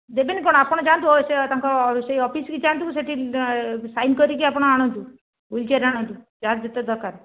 ଦେବେନି କଣ ଆପଣ ଯାଆନ୍ତୁ ଓ ସେ ତାଙ୍କ ସେ ଅଫିସକୁ ଯାଆନ୍ତୁ ସେ'ଠି ସାଇନ କରିକି ଆପଣ ଆଣନ୍ତୁ ହୁଇଲ ଚେୟାର ଆଣନ୍ତୁ ଯାହାର ଯେତେ ଦରକାର